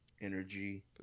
energy